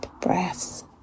breaths